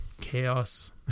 chaos